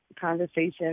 conversation